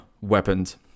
weapons